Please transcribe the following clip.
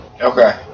Okay